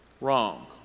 Wrong